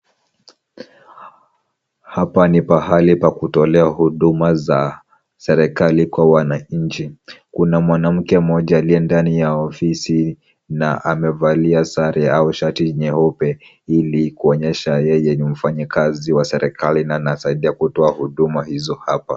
Hapa ni pahali pa kutolea huduma za serikali kwa wananchi. kuna mwanamke mmoja aliye ndani ya ofisi na amevalia sare au shati nyeupe ili kuonyesha yeye ni mfanyikazi wa serikali na anasaidia kutoa huduma hizo hapa.